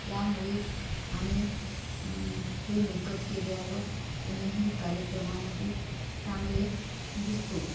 त्यामुळे आम्ही हे मेकअप केल्यावर कोणीही कार्यक्रमा मध्ये चांगले दिसतो